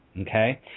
okay